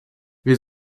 wir